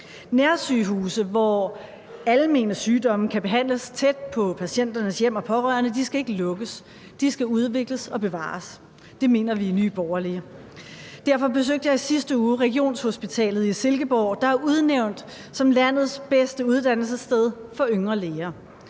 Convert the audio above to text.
Nærsygehuse, hvor almene sygdomme kan behandles tæt på patienternes hjem og pårørende, skal ikke lukkes. De skal udvikles og bevares. Det mener vi i Nye Borgerlige. Derfor besøgte jeg i sidste uge regionshospitalet i Silkeborg, der er udnævnt som landets bedste uddannelsessted for yngre læger.